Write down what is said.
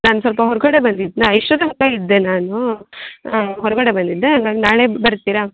ನಾನು ಸ್ವಲ್ಪ ಹೊರಗಡೆ ಬಂದಿದ್ದೆ ಇಷ್ಟೊತನಕ ಇದ್ದೆ ನಾನು ಹೊರಗಡೆ ಬಂದಿದ್ದೆ ಹಂಗಾಗಿ ನಾಳೆ ಬರ್ತೀರ